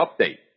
update